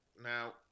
Now